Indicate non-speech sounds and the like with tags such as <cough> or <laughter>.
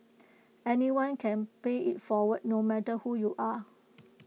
<noise> anyone can pay IT forward no matter who you are